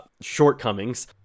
shortcomings